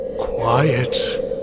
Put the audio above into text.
Quiet